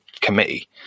committee